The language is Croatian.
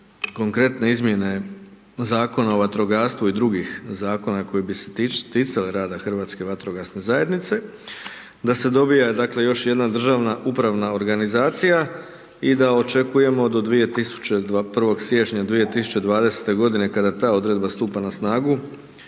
konkretne izmjene Zakona o vatrogastvu i drugih Zakona koji bi se ticali rada HVZ-a, da bi se dobije, dakle, još jedna državna upravna organizacija i da očekujemo do 1. siječnja 2020.-te godine kada ta odredba stupa na snagu